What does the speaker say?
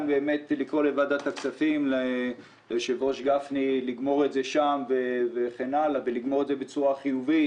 לקרוא לחבר הכנסת גפני ולוועדת הכספים לגמור את זה בוועדה בצורה חיובית.